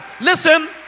listen